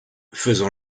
faisons